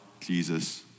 Jesus